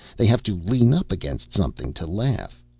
they have to lean up against something to laugh.